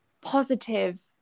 positive